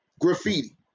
graffiti